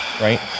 right